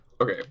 Okay